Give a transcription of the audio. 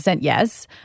yes